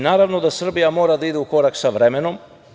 Naravno da Srbija mora da ide u korak sa vremenom.